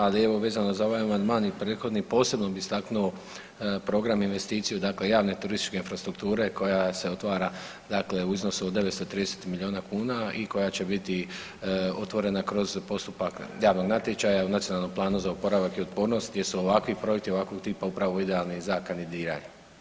Ali evo vezano za ovaj amandman i prethodni posebno bi istaknuo program investiciju dakle javne turističke infrastrukture koja se otvara dakle u iznosu od 930 miliona kuna i koja će biti otvorena kroz postupak javnog natječaja u Nacionalnom planu za oporavak i otpornost gdje su ovakvi projekti, ovakvog tipa upravo idealni za kandidiranje.